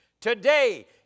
today